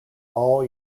all